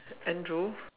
Andrew